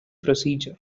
procedure